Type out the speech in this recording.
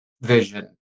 vision